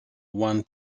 one